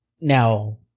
now